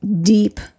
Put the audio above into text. deep